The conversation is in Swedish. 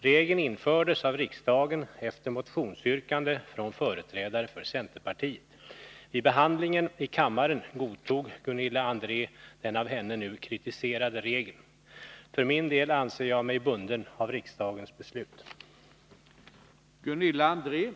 Regeln infördes av riksdagen efter motionsyr Tisdagen den kande från företrädare för centerpartiet. Vid behandlingen i kammaren 1 mars 1983 godtog Gunilla André den av henne nu kritiserade regeln. För min del anser jag mig bunden av riksdagens beslut. Om tillämpningen